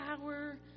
power